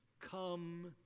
come